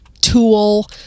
tool